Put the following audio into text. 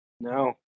No